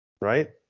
Right